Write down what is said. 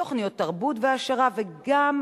תוכניות תרבות והעשרה וגם,